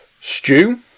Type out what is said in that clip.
Stew